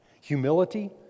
Humility